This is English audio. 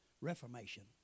reformation